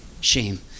Shame